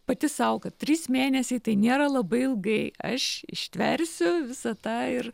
pati sau kad trys mėnesiai tai nėra labai ilgai aš ištversiu visą tą ir